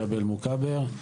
ג'אבל מוכבר.